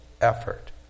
effort